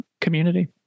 community